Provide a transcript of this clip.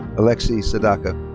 alexi sadaka.